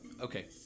Okay